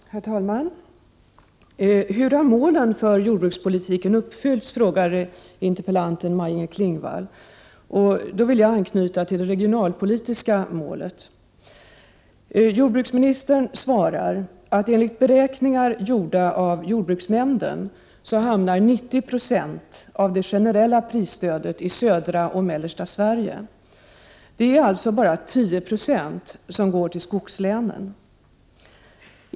Herr talman! I vilken utsträckning har målen för jordbrukspolitiken uppnåtts, frågar interpellanten Maj-Inger Klingvall. Jag vill då anknyta till det regionalpolitiska målet. Jordbruksministern svarar att 90 96 av det generella prisstödet hamnar i södra och mellersta Sverige, enligt beräkningar gjorda av jordbruksnämnden. Det är alltså bara 10 90 som går till skogslänen.